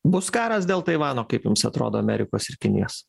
bus karas dėl taivano kaip jums atrodo amerikos ir kinijos